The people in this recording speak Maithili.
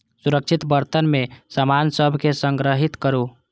सुरक्षित बर्तन मे सामान सभ कें संग्रहीत करू